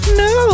no